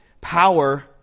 power